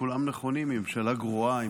וכולם נכונים: היא ממשלה גרועה,